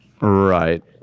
Right